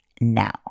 now